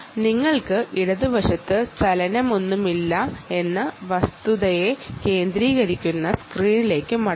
ഇവിടെ ഇടത് വശത്ത് ചലനങ്ങൾ ഒന്നും തന്നെ ഇല്ല